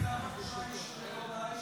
והביטחון לצורך הכנתה לקריאה הראשונה.